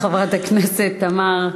חברת הכנסת תמר.